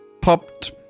popped